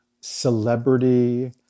celebrity